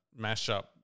mashup